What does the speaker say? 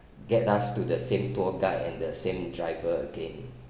get us to the same tour guide and the same driver again